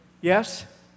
Yes